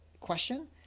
question